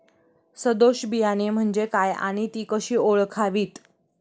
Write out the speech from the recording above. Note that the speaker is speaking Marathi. सदोष बियाणे म्हणजे काय आणि ती कशी ओळखावीत?